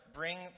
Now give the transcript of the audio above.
bring